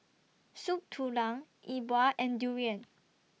Soup Tulang E Bua and Durian